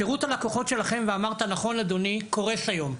שירות הלקוחות שלכם, ואמרת נכון אדוני, קורס היום.